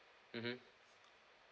mmhmm